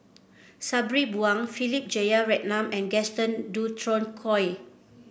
Sabri Buang Philip Jeyaretnam and Gaston Dutronquoy